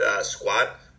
squat